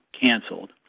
canceled